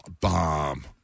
Bomb